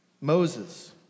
Moses